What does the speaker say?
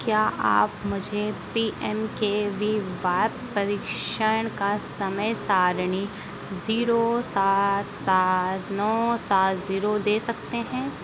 क्या आप मुझे P M K V Y परीक्षण का समय सारिणी ज़ीरो सात सात नौ सात ज़ीरो दे सकते हैं